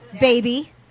baby